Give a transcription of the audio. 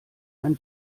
ein